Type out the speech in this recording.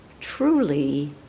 truly